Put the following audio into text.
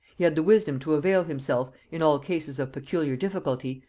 he had the wisdom to avail himself, in all cases of peculiar difficulty,